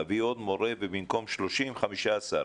להביא עוד מורה ובמקום 30 תלמידים יהיו 15,